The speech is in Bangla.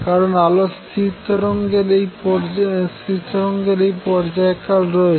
কারন আলোর স্থির তরঙ্গের এই পর্যায়কাল রয়েছে